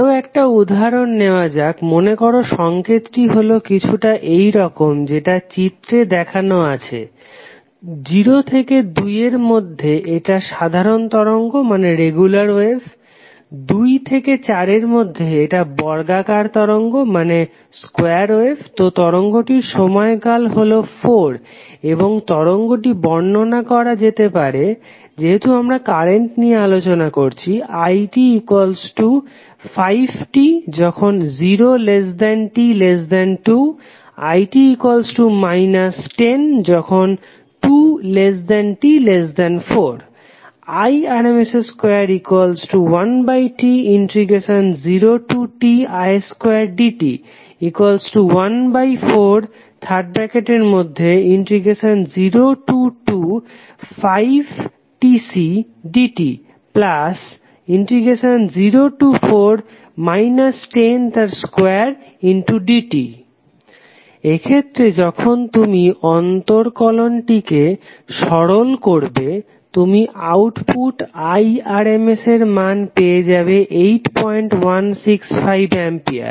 আরও একটা উদাহরণ নেওয়া যাক মনেকরো সংকেতটি হল কিছুটা এইরকম যেটা চিত্রে দেখানো আছে 0 থেকে 2 এর মধ্যে এটা সাধারণ তরঙ্গ 2 থেকে 4 এর মধ্যে এটা বর্গাকার তরঙ্গ তো তরঙ্গটির সময় কাল হলো 4 এবং তরঙ্গটি বর্ণনা করা যেতে পারে যেহেতু আমরা কারেন্ট নিয়ে আলোচনা করছি it5t0t2 102t4 Irms21T0Ti2dt14025tcdt24 102dt এক্ষেত্রে যখন তুমি অন্তরকলনটিকে সরল করবে তুমি আউটপুট Irms এর মান পেয়ে যাবে 8165 অ্যাম্পিয়ার